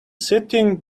sitting